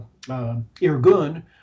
Irgun